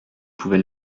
pouvais